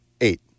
Eight